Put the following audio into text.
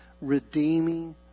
redeeming